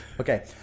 Okay